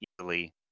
easily